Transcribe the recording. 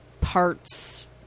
parts